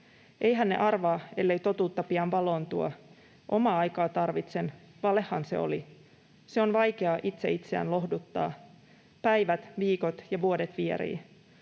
Eihän ne arvaa, ellei totuutta pian valoon tuo. / Omaa aikaa tarvitsen, valehan se oli. / Se on vaikeaa itse itseään lohduttaa. / Päivät, viikot ja vuodet vierii.